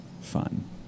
fun